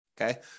Okay